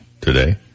today